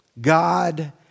God